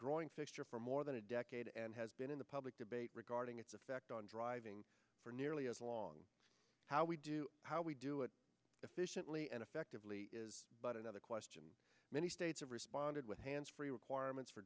growing fixture for more than a decade and has been in the public debate regarding its effect on driving for nearly as long as we do how we do it efficiently and effectively is but another question many states have responded with handsfree requirements for